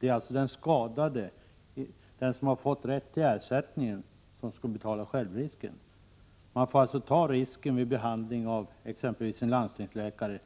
Det är alltså den skadade, den som har fått rätt till ersättning, som skall betala självrisken. Man får ta risken vid behandling av exempelvis en 101 landstingsläkare